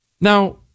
Now